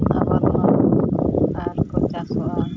ᱟᱵᱟᱫᱟ ᱟᱨᱠᱚ ᱪᱟᱥᱚᱜᱼᱟ